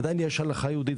ועדיין יש הלכה יהודית,